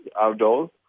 outdoors